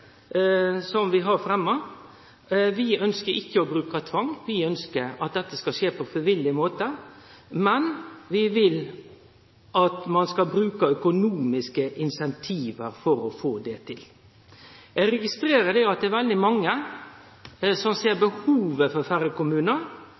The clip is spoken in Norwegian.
som vi har fremma. Vi ønskjer ikkje å bruke tvang, vi ønskjer at dette skal skje på frivillig måte, men vi vil at ein skal bruke økonomiske incentiv for å få det til. Eg registrerer at det er veldig mange som ser